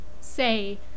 say